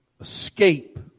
escape